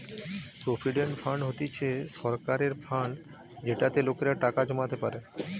provident fund হতিছে সরকারের fund যেটাতে লোকেরা টাকা জমাতে পারে